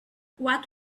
what